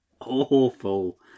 awful